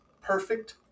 perfect